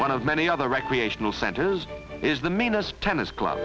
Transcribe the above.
one of many other recreational centers is the meanest tennis club